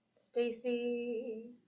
Stacy